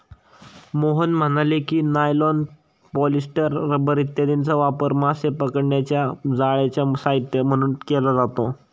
मोहन म्हणाले की, nylon, polyester, rubber इत्यादींचा वापर मासे पकडण्याच्या जाळ्यांचे साहित्य म्हणून केला जातो